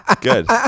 Good